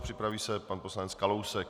Připraví se pan poslanec Kalousek.